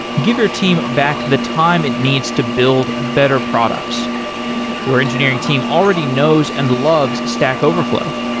give your team back the time it needs to build better products your engineering team already knows and loves stack overflow.